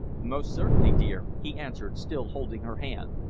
most certainly, dear, he answered, still holding her hand.